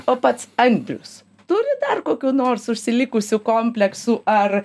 o pats andrius turi dar kokių nors užsilikusių kompleksų ar